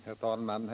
Herr talman!